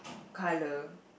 colour